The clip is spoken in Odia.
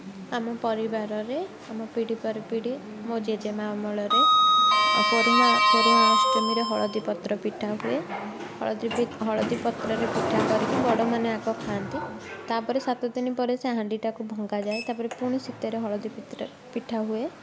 ଆମ ପରିବାରରେ ଆମ ପିଢ଼ି ପରେ ପିଢ଼ି ମୋ ଜେଜେମା' ଅମଳରେ ପରୁଆଁ ପରୁଆଁ ଅଷ୍ଟମୀରେ ହଳଦୀ ପତ୍ର ପିଠା ହୁଏ ହଳଦୀ ହଳଦୀ ପତ୍ରରେ ପିଠା କରିକି ବଡ଼ମାନେ ଆଗ ଖାଆନ୍ତି ତା'ପରେ ସାତ ଦିନ ପରେ ସେ ହାଣ୍ଡିଟାକୁ ଭଙ୍ଗାଯାଏ ତା'ପରେ ପୁଣି ସେଥିରେ ହଳଦୀ ପିତ୍ର ପିଠା ହୁଏ